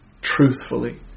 truthfully